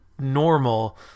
normal